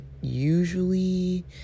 usually